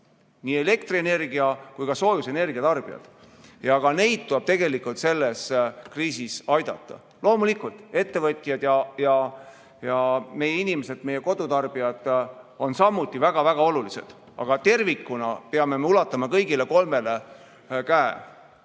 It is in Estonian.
nii elektrienergia kui ka soojusenergia tarbijad. Ka neid tuleb tegelikult selles kriisis aidata. Loomulikult, ettevõtjad ja kodutarbijad on samuti väga-väga olulised, aga tervikuna me peame ulatama käe kõigile kolmele.